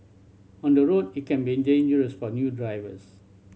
on the road it can be dangerous for new drivers